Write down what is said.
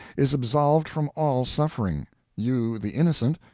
is absolved from all suffering you, the innocent,